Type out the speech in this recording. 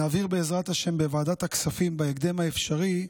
נעביר בעזרת השם בוועדת הכספים בהקדם האפשרי.